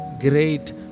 great